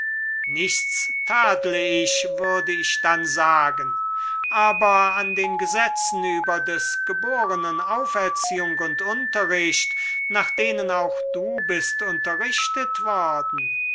nichts tadle ich würde ich dann sagen aber an den gesetzen über des geborenen auferziehung und unterricht nach denen auch du bist unterrichtet worden